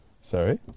Sorry